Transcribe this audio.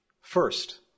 First